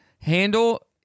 handle